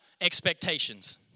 expectations